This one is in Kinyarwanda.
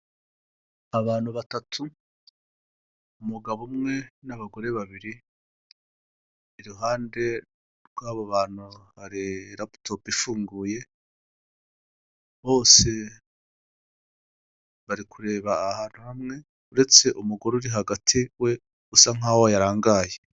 Abantu batatu, umugabo umwe n'abagore babiri iruhande rw'abo bantu hari raputopu ifunguye bose bari kureba ahantu hamwe uretse umugore uri hagati we usa nkaho yarangaye.